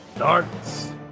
Starts